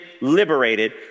liberated